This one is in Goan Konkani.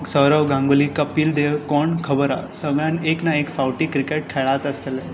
सौरव गागुंली कपील देव कोण खबर आसा सगळ्यांक एक ना एक फावटी क्रिकेट खेळांत आसतलें